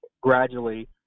gradually